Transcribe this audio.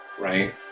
right